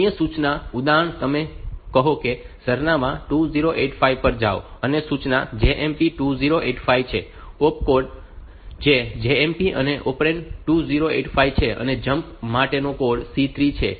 અન્ય સૂચના ઉદાહરણ તમે કહો કે સરનામાં 2085 પર જાઓ અને સૂચના JMP 2085 છે ઓપકોડ છે JMP અને ઓપરેન્ડ 2085 છે અને JMP માટેનો કોડ C3 છે